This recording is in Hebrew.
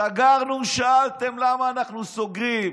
סגרנו, שאלתם למה אנחנו סוגרים,